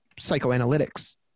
psychoanalytics